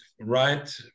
right